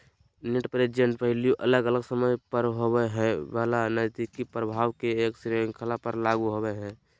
net present value अलग अलग समय पर होवय वला नकदी प्रवाह के एक श्रृंखला पर लागू होवय हई